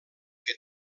que